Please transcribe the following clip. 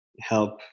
help